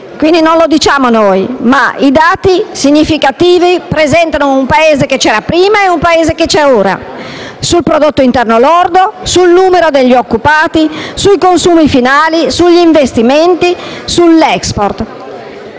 quindi noi a dirlo, ma dati significativi presentano un Paese che c'era prima e uno che c'è ora, sul prodotto interno lordo, sul numero degli occupati, sui consumi finali, sugli investimenti, sull'*export*.